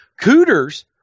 Cooters